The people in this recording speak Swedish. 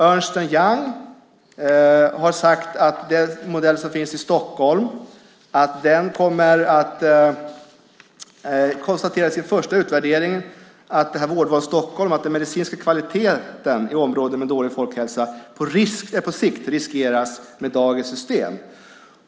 Ernst & Young har i sin första utvärdering av den modell som finns i Stockholm, Vårdval Stockholm, konstaterat att den medicinska kvaliteten i områden med dålig folkhälsa på sikt riskeras med dagens system.